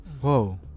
Whoa